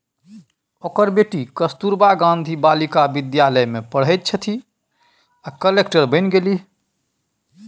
ओकर बेटी कस्तूरबा गांधी बालिका विद्यालय मे पढ़ैत छलीह आ कलेक्टर बनि गेलीह